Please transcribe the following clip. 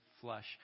Flesh